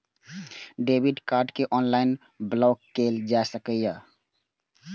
debit card कें online block कैल जा सकैए